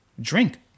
drink